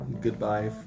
goodbye